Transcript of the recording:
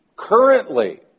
Currently